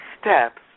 steps